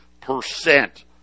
percent